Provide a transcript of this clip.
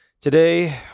today